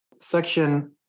Section